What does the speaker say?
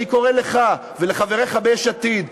אני קורא לך ולחבריך ביש עתיד,